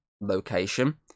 location